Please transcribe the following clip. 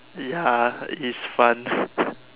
ya is fun